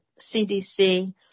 CDC